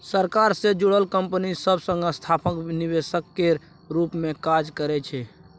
सरकार सँ जुड़ल कंपनी सब संस्थागत निवेशक केर रूप मे काज करइ छै